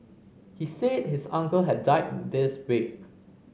he said his uncle had died this week